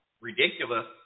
ridiculous –